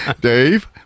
Dave